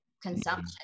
consumption